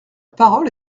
parole